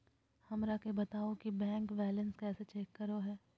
हमरा के बताओ कि बैंक बैलेंस कैसे चेक करो है?